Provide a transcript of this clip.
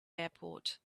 airport